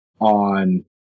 on